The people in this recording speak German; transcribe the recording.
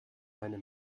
eine